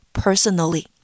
personally